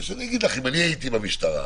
אם אני הייתי במשטרה,